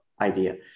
idea